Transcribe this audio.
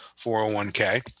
401k